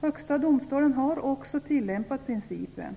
Högsta domstolen har också tillämpat den principen.